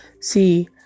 See